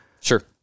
Sure